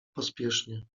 pospiesznie